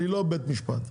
אני לא בית משפט,